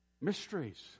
Mysteries